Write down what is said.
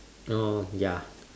no ya